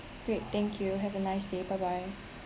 great thank you have a nice day bye bye